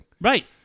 Right